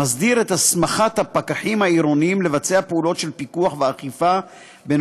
מסדיר את הסמכת הפקחים העירוניים לבצע פעולות של פיקוח ואכיפה בכל